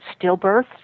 stillbirths